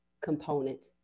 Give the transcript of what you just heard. component